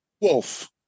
Wolf